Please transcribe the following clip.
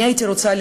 אני הייתי רוצה,